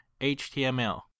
html